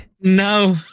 No